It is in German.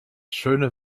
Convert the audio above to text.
schöne